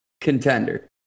contender